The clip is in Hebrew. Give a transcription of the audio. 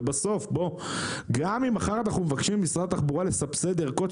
וגם אם מחר אנחנו מבקשים ממשרד התחבורה לסבסד ערכות,